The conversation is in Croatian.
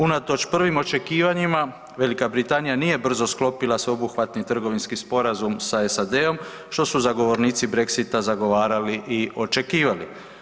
Unatoč prvim očekivanjima Velika Britanija nije brzo sklopila sveobuhvatni trgovinski sporazum sa SAD-om što su zagovornici Brexita zagovarali i očekivali.